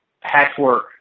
patchwork